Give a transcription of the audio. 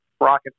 rocket